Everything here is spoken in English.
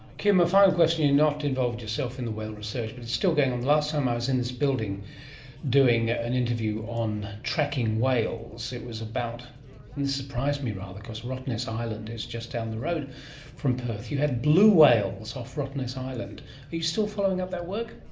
kim, a final question. you're not involved yourself in the whale research, but it's still going on. the last time i was in this building doing an interview on tracking whales it was about and this surprised me rather cause rottnest island is just down the road from perth you had blue whales off rottnest island. are you still following up that work?